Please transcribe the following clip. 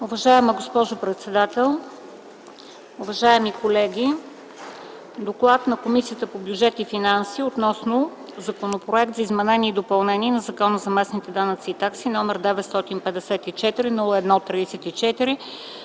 Уважаема госпожо председател, уважаеми колеги! „ДОКЛАД на Комисията по бюджет и финанси относно Законопроект за изменение и допълнение на Закона за местните данъци и такси, № 954-01-34,